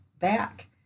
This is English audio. back